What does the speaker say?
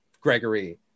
Gregory